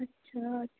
আচ্ছা